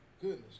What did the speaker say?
Goodness